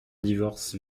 divorce